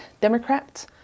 Democrats